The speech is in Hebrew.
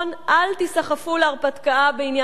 אל תיסחפו להרפתקה בעניין אירן.